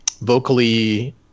Vocally